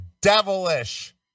devilish